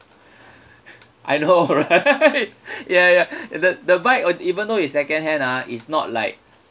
I know right ya ya the bike the bike uh even though it's secondhand ah it's not like